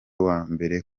wambere